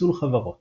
פיצול חברות